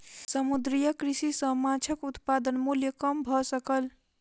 समुद्रीय कृषि सॅ माँछक उत्पादन मूल्य कम भ सकल